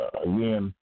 again